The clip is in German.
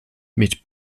mit